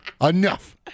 Enough